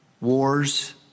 wars